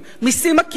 מסים עקיפים.